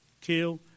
kill